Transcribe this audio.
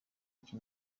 iki